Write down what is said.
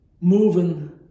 moving